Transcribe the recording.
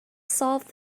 solved